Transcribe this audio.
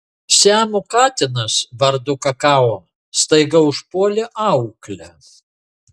siamo katinas vardu kakao staiga užpuolė auklę